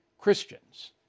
Christians